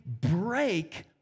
break